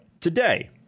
today